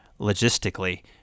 logistically